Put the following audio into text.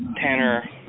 Tanner